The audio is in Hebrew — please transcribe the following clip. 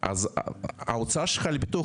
אז ביטוח